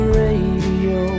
radio